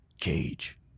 cage